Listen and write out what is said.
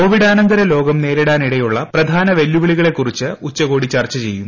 കോവിഡാനന്തര ലോകം നേരിടാനിടയുള്ള പ്രധാന വെല്ലുവിളികളെ കുറിച്ച് ഉച്ചകോടി ചർച്ച ചെയ്യും